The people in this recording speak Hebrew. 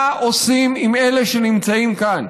מה עושים עם אלה שנמצאים כאן.